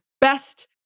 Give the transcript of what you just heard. best